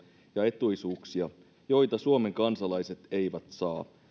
etuisuuksia joita suomen kansalaiset eivät saa